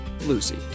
Lucy